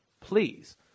please